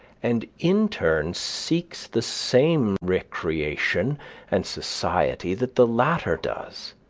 and in turn seeks the same recreation and society that the latter does,